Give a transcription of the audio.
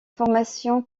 formation